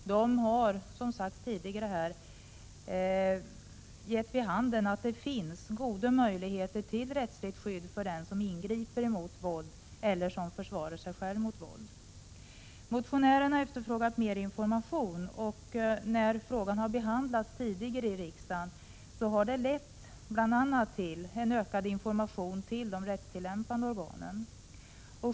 De har, som sagts tidigare, gett vid handen att det finns goda möjligheter till rättsligt skydd för den som ingriper mot våld eller försvarar sig själv mot våld. Motionären har efterfrågat mer information. När frågan har behandlats tidigare i riksdagen har det bl.a. lett till en ökad information till de rättstillämpande organen.